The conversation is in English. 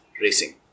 racing